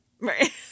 Right